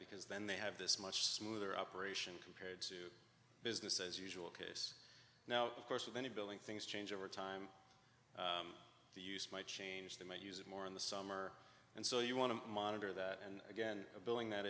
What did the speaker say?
because then they have this much smoother operation compared to business as usual case now of course of any billing things change over time the use might change they might use it more in the summer and so you want to monitor that and again a billing that